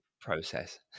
process